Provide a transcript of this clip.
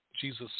Jesus